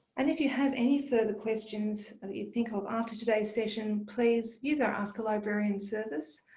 and if you have any further questions that you think of after today's session, please use our ask-a-librarian service.